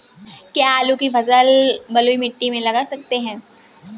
क्या आलू की फसल बलुई मिट्टी में लगा सकते हैं?